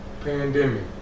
pandemic